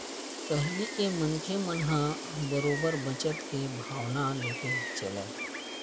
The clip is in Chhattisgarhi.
पहिली के मनखे मन ह बरोबर बचत के भावना लेके चलय